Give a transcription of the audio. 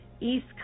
East